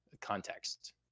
context